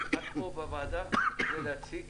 את פה בוועדה כדי להציג